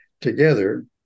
together